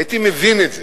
הייתי מבין את זה,